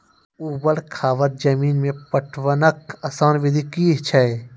ऊवर खाबड़ जमीन मे पटवनक आसान विधि की ऐछि?